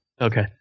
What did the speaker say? okay